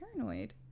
paranoid